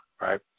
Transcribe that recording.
right